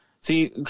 See